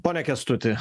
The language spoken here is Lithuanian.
pone kęstuti